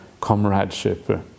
comradeship